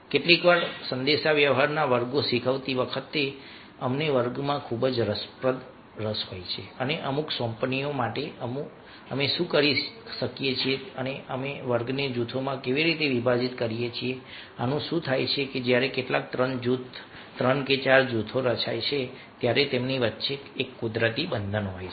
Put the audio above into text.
કેટલીકવાર સંદેશાવ્યવહારના વર્ગો શીખવતી વખતે અમને વર્ગમાં ખૂબ જ રસપ્રદ રસ હોય છે અને અમુક સોંપણીઓ માટે અમે શું કરીએ છીએ કે અમે વર્ગને જૂથોમાં વિભાજીત કરીએ છીએ અને શું થાય છે કે જ્યારે કેટલાક 3 4 જૂથો રચાય છે ત્યારે તેમની વચ્ચે એક કુદરતી બંધન હોય છે